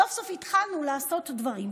סוף-סוף התחלנו לעשות דברים.